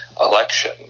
election